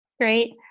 Great